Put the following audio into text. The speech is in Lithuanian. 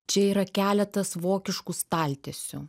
čia yra keletas vokiškų staltiesių